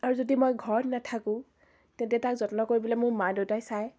আৰু যদি মই ঘৰত নেথাকোঁ তেতিয়া তাক যত্ন কৰিবলৈ মোৰ মা দেউতাই চায়